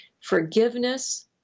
forgiveness